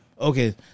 okay